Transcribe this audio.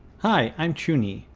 hi, i'm chunie,